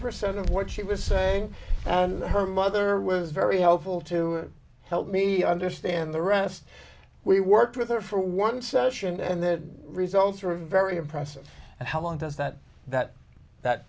percent of what she was saying and her mother was very helpful to help me understand the rest we worked with her for one session and the results were very impressive how long does that that that